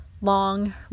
long